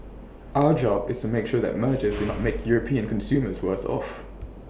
our job is to make sure that mergers do not make european consumers worse off